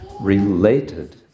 related